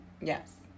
Yes